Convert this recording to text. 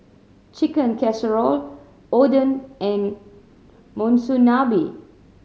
Chicken Casserole Oden and Monsunabe